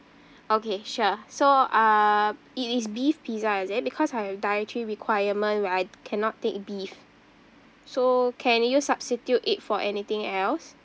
okay sure so uh it is beef pizza is it because I have dietary requirement right cannot take beef so can you substitute it for anything else